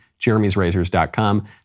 jeremysrazors.com